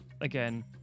again